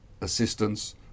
assistance